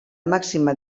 màxima